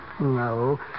No